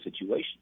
situation